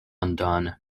undone